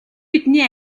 бидний